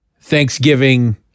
Thanksgiving